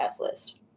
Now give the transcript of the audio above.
list